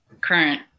current